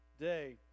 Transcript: Day